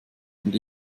und